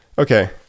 Okay